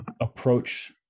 approach